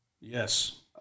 Yes